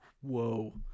Whoa